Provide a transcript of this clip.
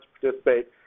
participate